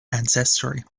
ancestry